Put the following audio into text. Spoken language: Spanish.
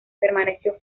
permaneció